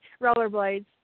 Rollerblades